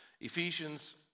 Ephesians